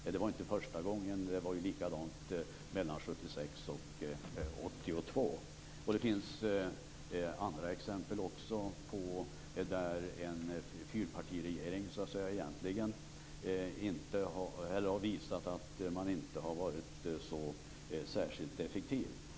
Och det var inte första gången - det var likadant mellan 1976 och 1982. Det finns också andra exempel på att en fyrpartiregering har visat att den inte har varit så särskilt effektiv.